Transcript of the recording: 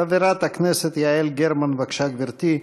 חברת הכנסת יעל גרמן, בבקשה, גברתי.